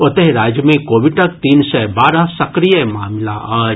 ओतहि राज्य मे कोविडक तीन सय बारह सक्रिय मामिला अछि